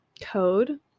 code